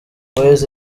boyz